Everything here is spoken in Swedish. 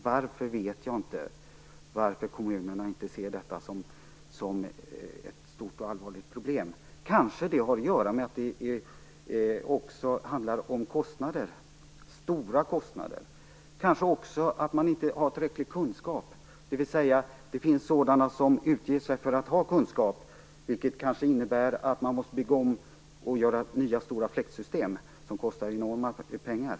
Jag vet inte varför kommunerna inte ser detta som ett stort och allvarligt problem. Det har kanske att göra med att det också handlar om stora kostnader. Man kanske inte har tillräcklig kunskap. Det finns människor som utger sig för att ha kunskap, vilket kan innebära att man måste bygga om och montera in nya stora fläktsystem som kostar enorma pengar.